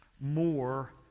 more